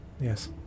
Yes